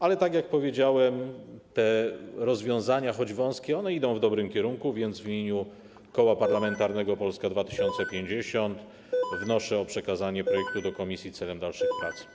Ale, tak jak powiedziałem, te rozwiązania, choć wąskie, idą w dobrym kierunku, więc w imieniu Koła Parlamentarnego Polska 2050 wnoszę o przekazanie projektu do komisji celem dalszych prac.